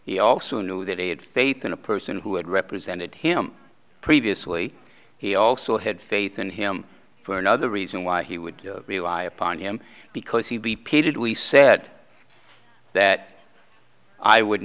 he also knew that he had faith in a person who had represented him previously he also had faith in him for another reason why he would rely upon him because he repeated we said that i would